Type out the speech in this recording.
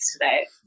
today